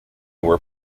were